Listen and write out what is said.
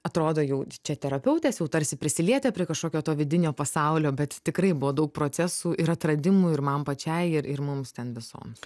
atrodo jau čia terapeutės jau tarsi prisilietę prie kažkokio to vidinio pasaulio bet tikrai buvo daug procesų ir atradimų ir man pačiai ir ir mums ten visoms